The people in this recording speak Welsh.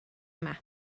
yma